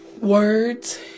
words